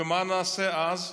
ומה נעשה אז?